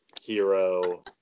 hero